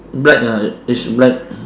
black ah it's black